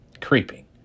Creeping